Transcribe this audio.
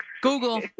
Google